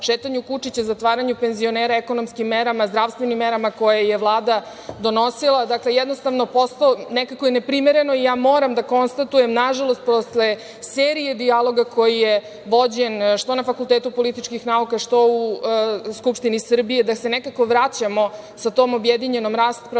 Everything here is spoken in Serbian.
šetanju kučića, zatvaranju penzionera, ekonomskim merama, zdravstvenim merama koje je Vlada donosila, dakle, jednostavno, nekako je neprimereno i moram da konstatujem, nažalost, posle serije dijaloga koji je vođen što na FPN, što u Skupštini Srbije, da se nekako vraćamo sa tom objedinjenom raspravom